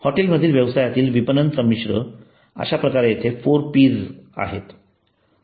hotel व्यवसायातील विपणन संमिश्र अश्याप्रकारे येथे 4Ps आहे